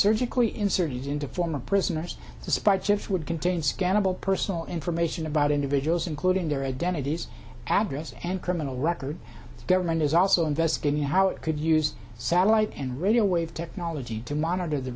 surgically inserted into former prisoners despite chips would contain scannable personal information about individuals including their identities address and criminal record government is also investigating how it could use satellite and radio wave technology to monitor the